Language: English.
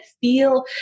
feel